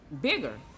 bigger